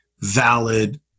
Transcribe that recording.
valid